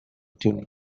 tuning